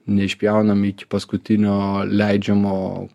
neišpjaunam iki paskutinio leidžiamo